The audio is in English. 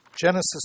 Genesis